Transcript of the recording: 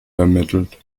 ermittelt